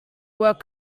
work